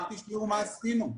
רק שתזכרו מה עשינו.